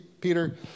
Peter